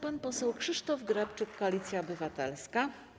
Pan poseł Krzysztof Grabczuk, Koalicja Obywatelska.